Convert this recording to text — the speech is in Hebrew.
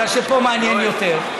בגלל שפה מעניין יותר,